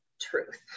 truth